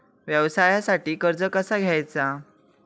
व्यवसायासाठी कर्ज कसा घ्यायचा?